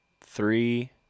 three